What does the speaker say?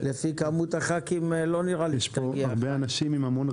הרפורמה במשכנתאות).